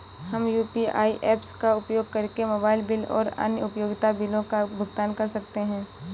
हम UPI apps का उपयोग करके मोबाइल बिल और अन्य उपयोगिता बिलों का भुगतान कर सकते हैं